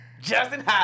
Justin